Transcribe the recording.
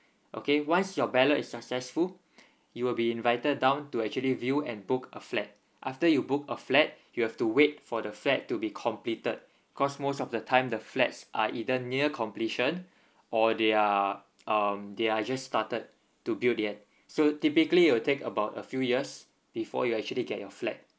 okay once your ballot is successful you will be invited down to actually view and book a flat after you book a flat you have to wait for the flat to be completed cause most of the time the flats are either near completion or they are um they're just started to build yet so typically will take about a few years before you actually get your flat